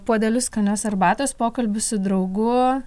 puodeliu skanios arbatos pokalbiu su draugu